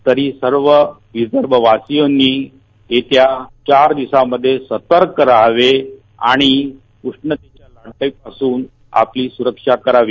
तरी सर्व विदर्भवासियांनी येत्या चार दिवसांमध्ये सतर्क राहावे आणि उष्णतेपासून आपली सुरक्षा करावी